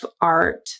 art